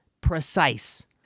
precise